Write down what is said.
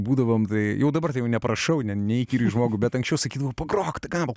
būdavom tai jau dabar tai jau ne prašau ne neįkyriu žmogui bet anksčiau sakydavau pagrok tą gabal